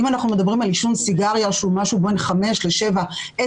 אם אנחנו מדברים על עישון סיגריה שהוא משהו בין 5-7 דקות,